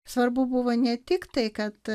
svarbu buvo ne tik tai kad